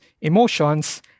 emotions